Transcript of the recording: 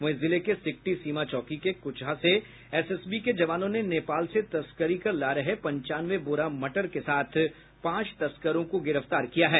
वहीं जिले के सिकटी सीमा चौकी के कुचहा से एसएसबी के जवानों ने नेपाल से तस्करी कर ला रहे पचानवे बोरा मटर के साथ पांच तस्करों को गिरफ्तार किया है